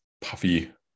puffy